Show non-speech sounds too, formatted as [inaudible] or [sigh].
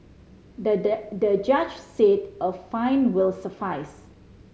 the [unintelligible] the judge said a fine will suffice